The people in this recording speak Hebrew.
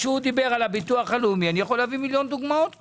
מה שהוא דיבר על הביטוח הלאומי אני יכול להביא מיליון דוגמאות כאלה.